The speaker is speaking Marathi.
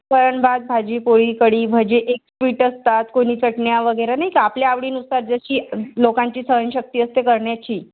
वरण भात भाजी पोळी कढी भजे एक स्वीट असतात कोणी चटण्या वगैरे नाही का आपल्या आवडीनुसार जशी लोकांची सहनशक्ती असते करण्याची